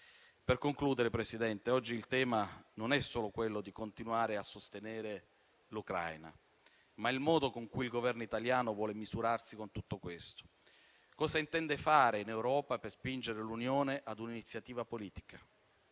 Per concludere, signor Presidente, oggi il tema non è solo quello di continuare a sostenere l'Ucraina, ma è anche il modo con cui il Governo italiano vuole misurarsi con tutto questo. Cosa intende fare in Europa per spingere l'Unione a un'iniziativa politica?